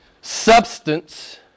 substance